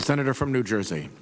the senator from new jersey